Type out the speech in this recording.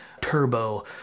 Turbo